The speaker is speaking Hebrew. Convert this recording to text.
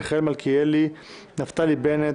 מיכאל מלכיאלי; נפתלי בנט,